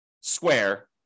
square